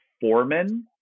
Foreman